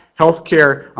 healthcare,